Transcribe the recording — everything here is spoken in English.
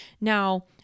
Now